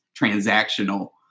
transactional